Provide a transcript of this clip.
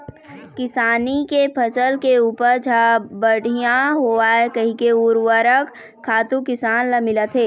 किसानी के फसल के उपज ह बड़िहा होवय कहिके उरवरक खातू किसान ल मिलत हे